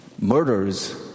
murders